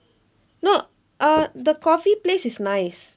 no uh the coffee place is nice